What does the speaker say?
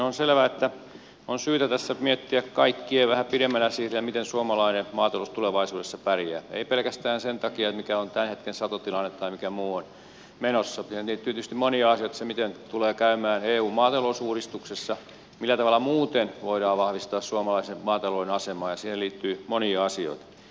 on selvä että tässä on kaikkien syytä miettiä vähän pidemmälle siinä miten suomalainen maatalous tulevaisuudessa pärjää ei pelkästään sen takia mikä on tämän hetken satotilanne tai mikä muu on menossa vaan siihen liittyy tietysti monia asioita se miten tulee käymään eun maatalousuudistuksessa millä tavalla muuten voidaan vahvistaa suomalaisen maatalouden asemaa siihen liittyy monia asioita